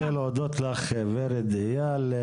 תודה, גברתי, אני רוצה להודות לך, ורד איל.